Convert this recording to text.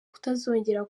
kutazongera